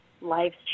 life's